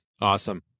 Awesome